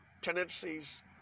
tendencies